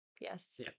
Yes